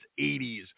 80s